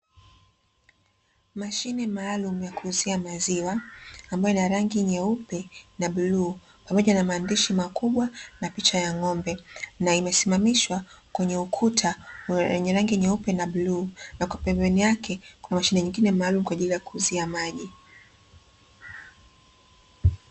Mashine maalumu ya kuuzia maziwa ambayo ina rangi nyeupe na bluu, pamoja na maandishi makubwa pamoja na ng’ombe, ambayo imesimamishwa kwenye ukuta wenye rangi nyeupe na bluu na pembeni yake kuna mashine nyingine kwaajili ya kuuzia maji.